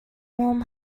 warm